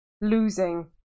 losing